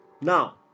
Now